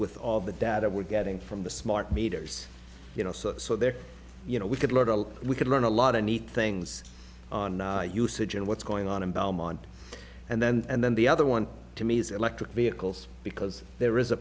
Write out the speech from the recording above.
with all the data we're getting from the smart meters you know so they're you know we could we could learn a lot of neat things on usage and what's going on in belmont and then and then the other one to me is electric vehicles because there is a